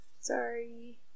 Sorry